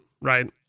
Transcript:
right